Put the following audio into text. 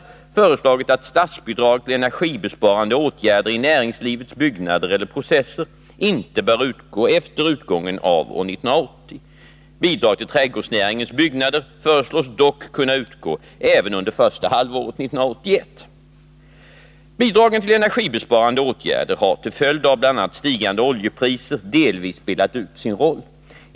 13, s. 11) 59 föreslagit att statsbidrag till energibesparande åtgärder i näringslivets byggnader eller processer inte bör utgå efter utgången av år 1980. Bidrag till trädgårdsnäringens byggnader föreslås dock kunna utgå även under första halvåret 1981. Bidragen till energibesparande åtgärder har till följd av bl.a. stigande oljepriser delvis spelat ut sin roll.